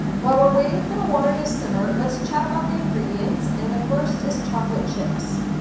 while we're waiting for the water to simmer, let's chat about the ingredients, and the first is chocolate chips.